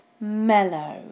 Mellow